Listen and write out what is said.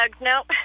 Nope